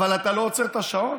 אבל אתה לא עוצר את השעון?